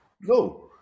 no